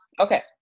Okay